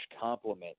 complement